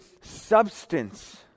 substance